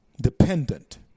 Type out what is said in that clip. dependent